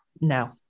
no